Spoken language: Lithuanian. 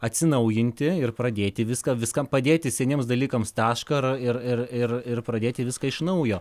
atsinaujinti ir pradėti viską viskam padėti seniems dalykams tašką ir ir ir ir pradėti viską iš naujo